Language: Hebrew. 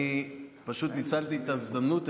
אני פשוט ניצלתי את ההזדמנות,